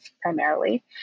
primarily